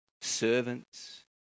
servants